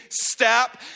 step